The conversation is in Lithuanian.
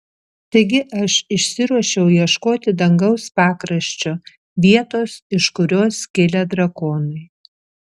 taigi aš išsiruošiau ieškoti dangaus pakraščio vietos iš kurios kilę drakonai